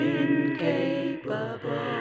incapable